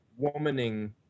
womaning